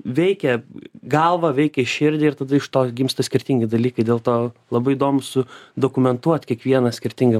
veikia galvą veikia širdį ir tada iš tos gimsta skirtingi dalykai dėl to labai įdomu su dokumentuot kiekvieną skirtingą